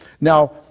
Now